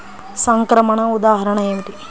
సంక్రమణ ఉదాహరణ ఏమిటి?